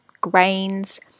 grains